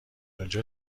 اونجا